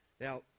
Now